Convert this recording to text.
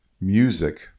music